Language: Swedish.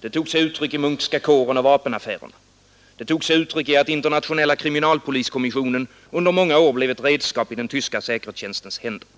Det tog sig uttryck i Munckska kåren och vapenaffärerna. Det tog sig uttryck i att Internationella kriminalpoliskommissionen under många år blev ett Nr 136 Måndagen den redskap i den tyska säkerhetstjänstens händer.